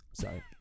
sorry